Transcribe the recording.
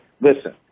listen